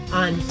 on